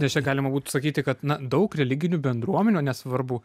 nes čia galima būtų sakyti kad na daug religinių bendruomenių nesvarbu